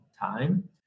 time